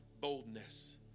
boldness